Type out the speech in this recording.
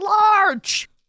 large